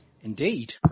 indeed